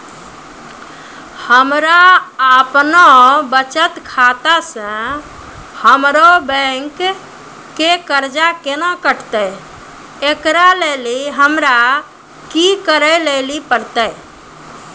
हमरा आपनौ बचत खाता से हमरौ बैंक के कर्जा केना कटतै ऐकरा लेली हमरा कि करै लेली परतै?